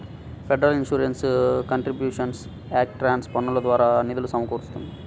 federal insurance contributions act tax పన్నుల ద్వారా నిధులు సమకూరుస్తుంది